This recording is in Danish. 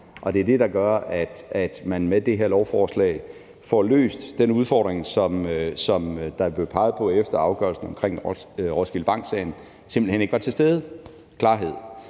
det er det, der gør, at man med det her lovforslag får løst den udfordring, som der er blevet peget på efter afgørelsen omkring Roskilde Bank-sagen, nemlig at den klarhed